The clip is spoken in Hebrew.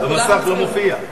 זה לא מופיע במסך.